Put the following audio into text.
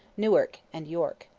newark and york.